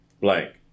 blank